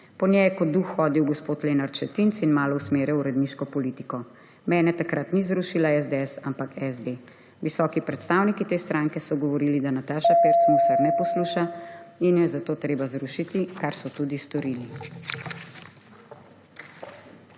Po njej je kot duh hodil gospod Lenart Šetinc in malo usmerjaluredniško politiko. Mene takrat ni zrušila SDS, ampak SD. Visoki predstavniki te stranke so govorili, da Nataša Pirc Musar ne posluša in jo je zato treba zrušiti, kar so tudi storili.«